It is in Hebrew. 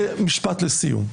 ומשפט לסיום.